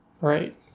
Right